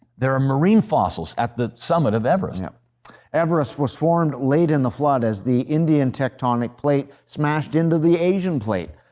there are marine fossils at the summit. everest yeah everest was formed late in the flood as the indian tectonic plate smashed into the asian plate.